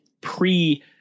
pre